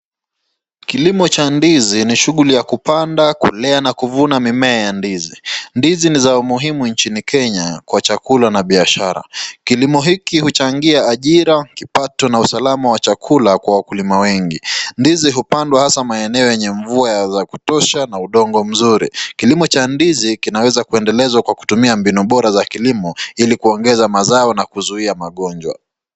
Kilimo cha ndizi ni shughuli ya kupanda kulea na kuvuna mimea ya ndizi. Ndizi ni za umuhimu nchini Kenya kwa chakula na biashara. Kilimo hiki huchangia ajira, kipato na usalama wa chakula kwa wakulima wengi. Ndizi hupandwa hasa maeneo yenye mvua za kutosha na udongo mzuri. Kilimo cha ndizi kinaweza kuendelezwa kwa kutumia mbinu bora za kilimo ili kuongeza mazao na kuzuia magonjwa.